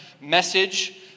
message